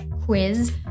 quiz